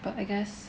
but I guess